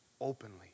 openly